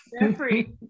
Jeffrey